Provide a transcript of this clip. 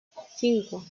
cinco